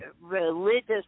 religious